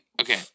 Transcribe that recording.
okay